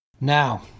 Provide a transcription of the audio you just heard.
Now